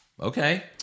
Okay